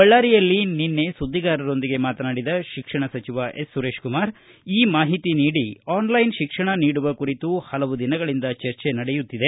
ಬಳ್ಳಾರಿಯಲ್ಲಿ ನಿನ್ನೆ ಸುದ್ವಿಗಾರರೊಂದಿಗೆ ಮಾತನಾಡಿದ ಶಿಕ್ಷಣ ಸಚಿವ ಎಸ್ ಸುರೇಶಕುಮಾರ ಈ ಮಾಹಿತಿ ನೀಡಿ ಆನ್ಲೈನ್ ಶಿಕ್ಷಣ ನೀಡುವ ಕುರಿತು ಹಲವು ದಿನಗಳಿಂದ ಚರ್ಚೆ ನಡೆಯುತ್ತಿದೆ